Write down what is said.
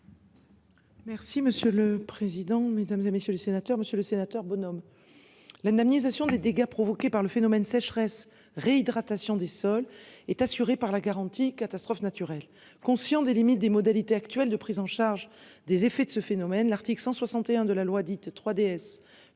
monsieur le président, Mesdames, et messieurs les sénateurs, Monsieur le Sénateur bonhomme. L'indemnisation des dégâts provoqués par le phénomène de sécheresse réhydratation des sols est assurée par la garantie catastrophe naturelle. Conscient des limites des modalités actuelles de prise en charge des effets de ce phénomène. L'article 161 de la loi dite 3DS